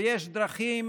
ויש דרכים